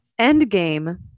Endgame